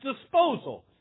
disposal